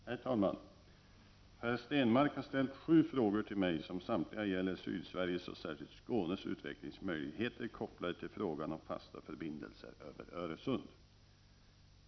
Herr talman! Per Stenmarck har ställt sju frågor till mig som samtliga gäller Sydsveriges och särskilt Skånes utvecklingsmöjligheter kopplade till frågan om fasta förbindelser över Öresund.